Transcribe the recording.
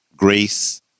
grace